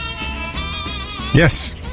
Yes